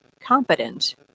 competent